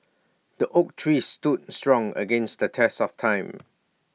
the oak tree stood strong against the test of time